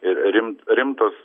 ir rim rimtos